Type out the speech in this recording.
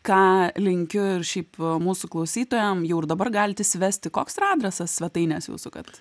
ką linkiu ir šiaip mūsų klausytojam dabar galit įsivesti koks yra adresas svetainės jūsų kad